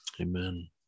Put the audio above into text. Amen